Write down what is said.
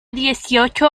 dieciocho